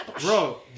Bro